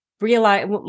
realize